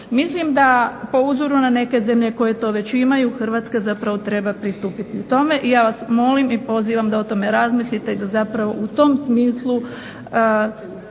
Mislim da po uzoru na neke zemlje koje već to imaju Hrvatska zapravo treba pristupiti tome i ja vas molim i pozivam da o tome razmislite i da u tom smislu